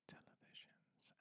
Televisions